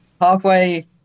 halfway